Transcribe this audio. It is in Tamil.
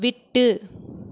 விட்டு